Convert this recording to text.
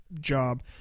job